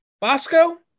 Bosco